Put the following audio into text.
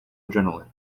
adrenaline